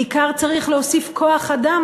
בעיקר צריך להוסיף כוח-אדם,